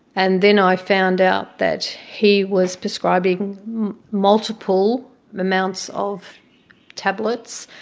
and then i found out that he was prescribing multiple amounts of tablets,